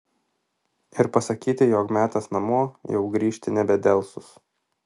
ir pasakyti jog metas namo jau grįžt nebedelsus